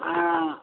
आँ